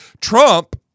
Trump